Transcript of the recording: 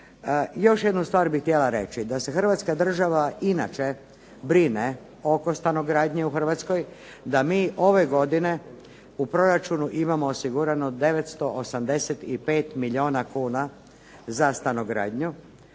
Još jednu stvar bih htjela reći, da se Hrvatska država inače brine oko stanogradnje u Hrvatskoj, da mi ove godine u proračunu imamo osigurano 985 milijuna kuna za stanogradnju,